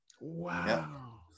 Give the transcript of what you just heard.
wow